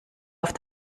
auf